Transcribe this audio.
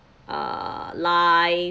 uh life